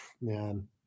Man